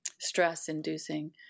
Stress-inducing